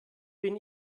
bin